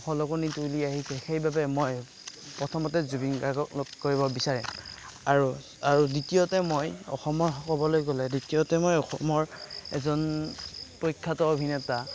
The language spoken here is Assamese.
খলকণি তুলি আহিছে সেইবাবে মই প্ৰথমতে জুবিন গাৰ্গক লগ কৰিব বিচাৰিম আৰু আৰু দ্বিতীয়তে মই অসমৰ ক'বলৈ গ'লে দ্বিতীয়তে মই অসমৰ এজন প্ৰখ্যাত অভিনেতা